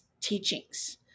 teachings